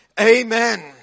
Amen